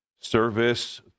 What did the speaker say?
service